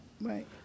right